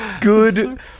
good